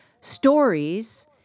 stories